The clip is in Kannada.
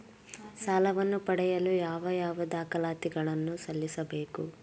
ಸಾಲವನ್ನು ಪಡೆಯಲು ಯಾವ ಯಾವ ದಾಖಲಾತಿ ಗಳನ್ನು ಸಲ್ಲಿಸಬೇಕು?